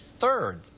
third